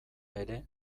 ere